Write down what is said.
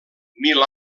mil